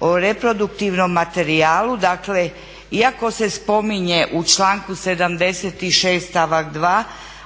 o reproduktivnom materijalu. Dakle iako se spominje u članku 76. stavak 2.